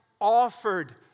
offered